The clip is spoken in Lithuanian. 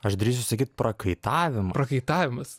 aš drįsčiau sakyt prakaitavimas prakaitavimas